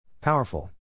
Powerful